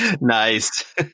Nice